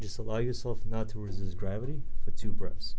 just allow yourself not to resist gravity for two breaths